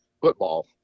football